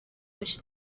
which